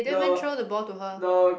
the the